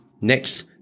Next